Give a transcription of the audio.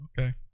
okay